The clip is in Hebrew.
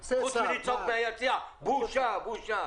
חוץ מלצעוק מהיציע בושה, בושה.